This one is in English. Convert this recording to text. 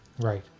Right